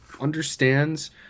understands